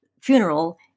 funeral